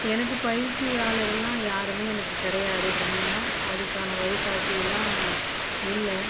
எனக்கு பயிற்சியாளரெலாம் யாருமே எனக்கு கிடையாது தனியாக அதுக்கான வழி காட்டி எல்லாம் இல்லை